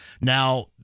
Now